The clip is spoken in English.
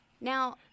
Now